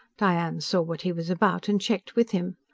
diane saw what he was about, and checked with him.